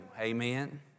Amen